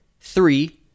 Three